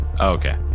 Okay